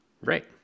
Right